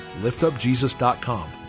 liftupjesus.com